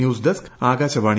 news desk Akashvani